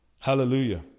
hallelujah